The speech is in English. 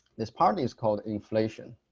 this part is called inflation